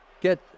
get